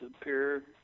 appear